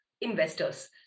investors